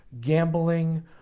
gambling